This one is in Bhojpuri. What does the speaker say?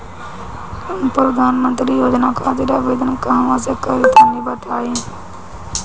हम प्रधनमंत्री योजना खातिर आवेदन कहवा से करि तनि बताईं?